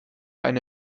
eine